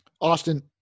Austin